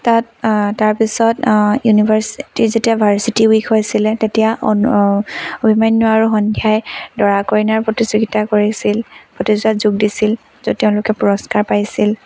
তাত তাৰপিছত ইউনিভাৰ্ছিটি যেতিয়া ভাৰ্চিটি উইক হৈছিলে তেতিয়া অণু অভিমন্যু আৰু সন্ধ্যাই দৰা কইনাৰ প্ৰতিযোগিতা কৰিছিল প্ৰতিযোগিতাত যোগ দিছিল য'ত তেওঁলোকে পুৰস্কাৰ পাইছিল